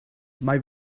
mae